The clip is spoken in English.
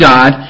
God